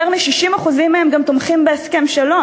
יותר מ-60% מהם גם תומכים בהסכם שלום,